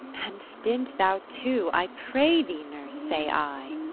and stint thou too, i pray thee, nurse, say i.